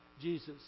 Jesus